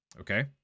Okay